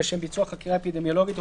לשם ביצוע חקירה אפידמיולוגית,